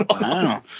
Wow